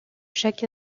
chaque